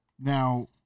Now